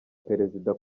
perezida